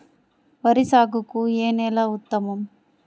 వరి సాగుకు ఏ నేల ఉత్తమం?